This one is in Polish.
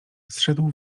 zszedł